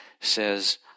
says